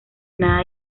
nada